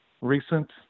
recent